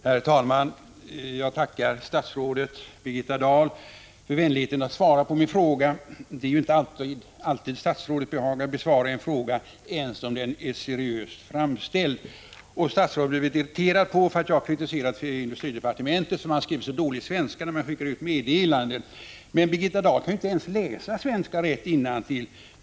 Herr talman! Jag tackar statsrådet Birgitta Dahl för vänligheten att svara på min fråga. Det ju inte alltid statsrådet behagar besvara en fråga, ens om den är seriöst framställd. Statsrådet har blivit irriterad av att jag kritiserat departementet för att man där skrivit så dålig svenska när man skickat ut meddelanden. Men Birgitta Dahl kan ju inte ens läsa svenska rätt innantill.